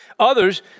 Others